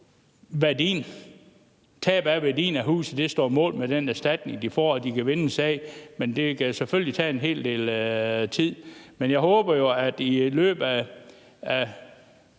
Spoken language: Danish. om værditabet af huset står mål med den erstatning, de får, og de kan vinde en sag, men det kan selvfølgelig tage en hel del tid. Men jeg håber jo, at ministeren